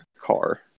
car